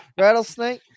rattlesnake